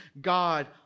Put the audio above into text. God